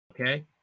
Okay